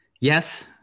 Yes